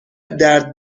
درد